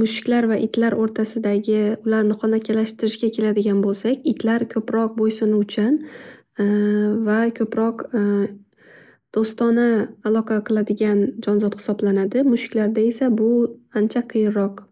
mushuklar va itlar o'rtasidagi honakilashtirishga keladigan bo'lsak itlar ko'proq bo'ysunuvchan va ko'proq do'stona aloqa qiladigan jonzod hisoblanadi. Mushuklarda esa bu ancha qiyinroq.